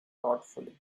thoughtfully